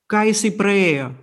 ką jisai praėjo